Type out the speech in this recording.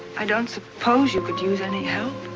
i don't suppose you could use any help?